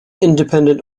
independent